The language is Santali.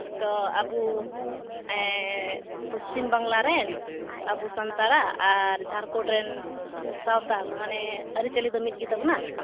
ᱛᱚ ᱟᱵᱚ ᱯᱚᱥᱪᱤᱢ ᱵᱟᱝᱞᱟ ᱨᱮᱱ ᱟᱵᱚ ᱥᱟᱱᱛᱟᱲᱟᱜ ᱟᱨ ᱡᱷᱟᱲᱠᱷᱚᱱᱰ ᱨᱮᱱ ᱥᱟᱱᱛᱟᱲ ᱢᱟᱱᱮ ᱟᱹᱨᱤᱪᱟᱹᱞᱤ ᱫᱚ ᱢᱤᱫ ᱜᱮᱛᱟᱵᱚᱱᱟ